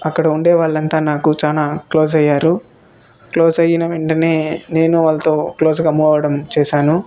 అక్కడ ఉండే వాళ్లంతా నాకు చాలా క్లోజ్ అయ్యారు క్లోజ్ అయిన వెంటనే నేను వాళ్ళతో క్లోజ్గా మూవ్ అవడం చేశాను